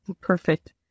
Perfect